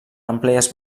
àmplies